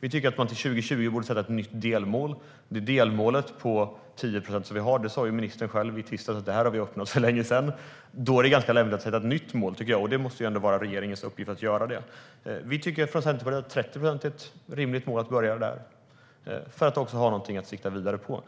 Vi tycker att man till 2020 borde sätta ett nytt delmål. När det gäller det delmål på 10 procent som vi har sa ministern själv i tisdags att vi har uppnått det för länge sedan. Då tycker jag att det är ganska lämpligt att sätta ett nytt mål. Det måste ändå vara regeringens uppgift att göra det. Vi från Centerpartiet tycker att 30 procent är ett rimligt mål att börja med för att också ha någonting att sikta vidare på.